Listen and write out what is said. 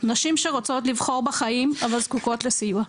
נשים שרוצות לבחור בחיים אבל זקוקות לסיוע.